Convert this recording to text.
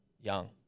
Young